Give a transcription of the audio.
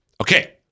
Okay